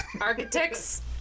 architects